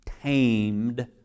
tamed